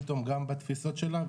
פתאום גם בתפיסות שלה,